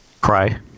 cry